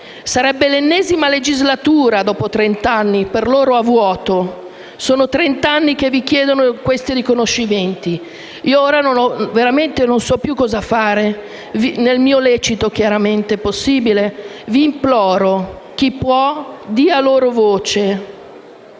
Sarebbe l'ennesima legislatura, dopo trent'anni, per loro a vuoto. Sono trent'anni anni che vi chiedono questi riconoscimenti. Non so davvero più cosa fare nel mio lecito possibile. Vi imploro: chi può dia loro voce.